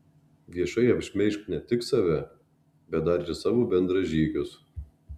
viešai apšmeižk ne tik save bet dar ir savo bendražygius